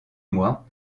moi